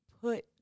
put